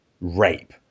rape